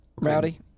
Rowdy